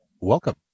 welcome